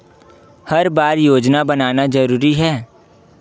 हर बार योजना बनाना जरूरी है?